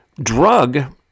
drug